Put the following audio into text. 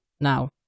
now